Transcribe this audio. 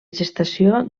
gestació